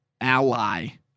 ally